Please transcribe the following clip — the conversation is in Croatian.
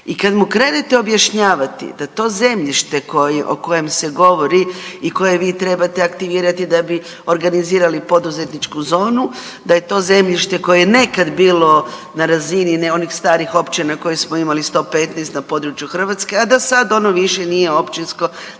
I kad mu krenete objašnjavati da to zemljište o kojem se govori o koje vi trebate aktivirati da bi organizirali poduzetničku zonu, da je to zemljište koje je nekad bilo na razini ne onih starih općina koje smo imali 115 na području Hrvatske, a da sad ono više nije općinsko